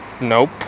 Nope